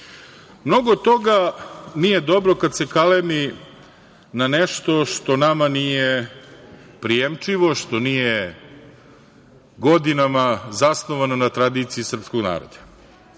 rade. Mnogo toga nije dobro kada se kalemi na nešto što nama nije prijemčivo, što nije godinama zasnovano na tradiciji srpskog naroda,